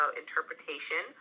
interpretation